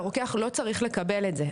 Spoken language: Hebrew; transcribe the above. והרוקח לא צריך לקבל את זה,